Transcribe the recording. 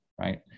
right